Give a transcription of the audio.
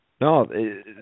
No